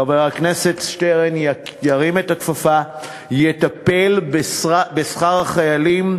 חבר הכנסת שטרן ירים את הכפפה ויטפל בשכר החיילים,